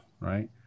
right